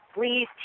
please